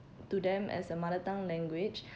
to them as a mother tongue language